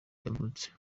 yavutse